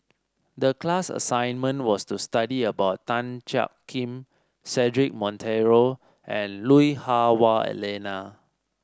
the class assignment was to study about Tan Jiak Kim Cedric Monteiro and Lui Hah Wah Elena